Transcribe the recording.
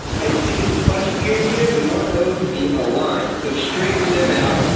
and you see these clutch ears here? we want those to be aligned. so straighten them out,